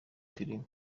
filime